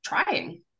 trying